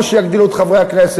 או שיגדילו את מספר חברי הכנסת,